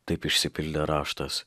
taip išsipildė raštas